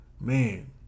man